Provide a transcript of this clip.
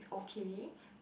okay